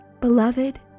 Beloved